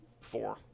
four